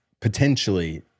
potentially